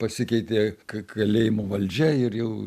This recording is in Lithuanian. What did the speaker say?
pasikeitė k kalėjimų valdžia ir jau